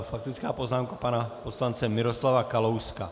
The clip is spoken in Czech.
Faktická poznámka pana poslance Miroslava Kalouska.